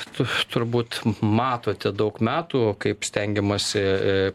turbūt matote daug metų kaip stengiamasi